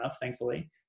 thankfully